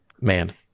man